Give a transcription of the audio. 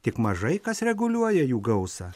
tik mažai kas reguliuoja jų gausą